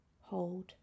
Hold